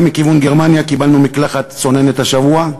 גם מכיוון גרמניה קיבלנו מקלחת צוננת השבוע,